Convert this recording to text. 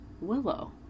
Willow